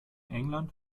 england